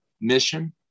mission